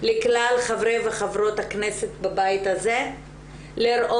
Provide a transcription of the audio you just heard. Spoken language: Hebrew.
לכלל חברי וחברות הכנסת בבית הזה לראות